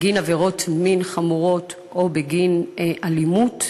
בגין עבירות מין חמורות או בגין אלימות,